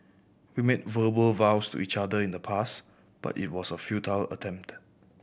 we made verbal vows to each other in the past but it was a futile attempt